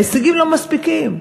ההישגים לא מספיקים.